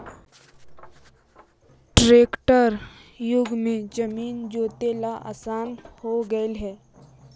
tractor युग में जमीन जोतेला आसान हो गेले हइ